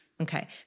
Okay